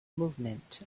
movement